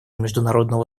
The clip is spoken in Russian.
международного